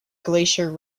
glacier